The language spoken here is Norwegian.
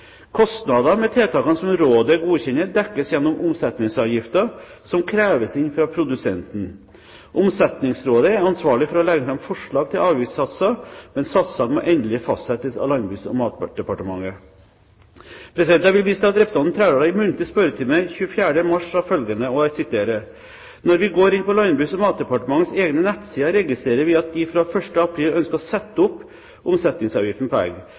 med tiltakene som rådet godkjenner, dekkes gjennom omsetningsavgiften, som kreves inn fra produsentene. Omsetningsrådet er ansvarlig for å legge fram forslag til avgiftssatser, men satsene må endelig fastsettes av Landbruks- og matdepartementet. Jeg vil vise til at representanten Trældal i muntlig spørretime den 24. mars sa følgende: «Når vi går inn på Landbruks- og matdepartementets egne nettsider, registrerer vi at de fra 1. april ønsker å sette opp omsetningsavgiften på egg.